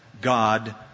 God